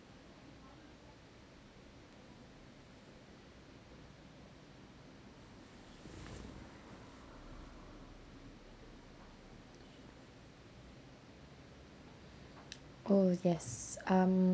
oh yes um